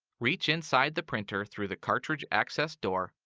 reach inside the printer through the cartridge access door,